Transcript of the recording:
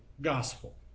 gospel